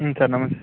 ಹ್ಞೂ ಸರ್ ನಮಸ್ತೆ